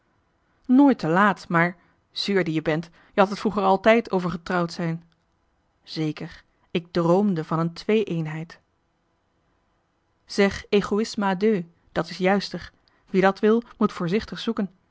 nooit te laat maar zeur die je bent je hadt het vroeger altijd over getrouwd zijn zeker ik droomde van een twee eenheid zeg égoïsme à deux dat is juister wie dat wil moet voorzichtig zoeken